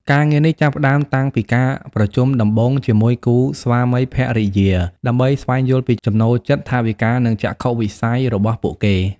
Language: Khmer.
ការងារនេះចាប់ផ្តើមតាំងពីការប្រជុំដំបូងជាមួយគូស្វាមីភរិយា ដើម្បីស្វែងយល់ពីចំណូលចិត្ត ថវិកា និងចក្ខុវិស័យរបស់ពួកគេ។